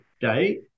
day